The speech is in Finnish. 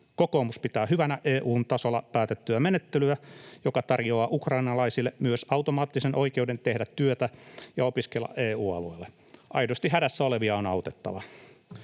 Kokoomus pitää hyvänä EU:n tasolla päätettyä menettelyä, joka tarjoaa ukrainalaisille myös automaattisen oikeuden tehdä työtä ja opiskella EU-alueella. Aidosti hädässä olevia on autettava.